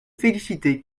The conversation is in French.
félicité